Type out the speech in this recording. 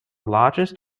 largest